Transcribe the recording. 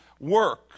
work